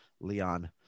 Leon